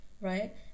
Right